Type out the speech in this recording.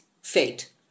fate